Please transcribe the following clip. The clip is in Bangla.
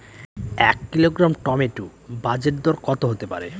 এক কিলোগ্রাম টমেটো বাজের দরকত হতে পারে?